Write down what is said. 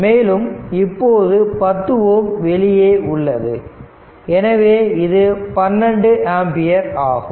மேலும் இப்போது 10 ஓம் வெளியே உள்ளது எனவே இது 12 ஆம்பியர் ஆகும்